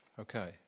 Okay